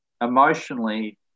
emotionally